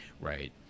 right